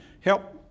help